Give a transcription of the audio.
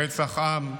רצח עם.